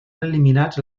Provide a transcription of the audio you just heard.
eliminats